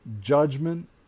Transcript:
judgment